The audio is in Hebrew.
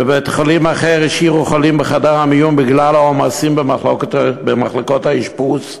בבית-חולים אחר השאירו חולים בחדר המיון בגלל העומסים במחלקות האשפוז,